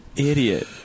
idiot